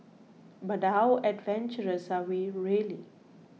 but how adventurous are we really